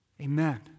Amen